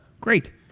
great